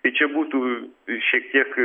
tai čia būtų šiek tiek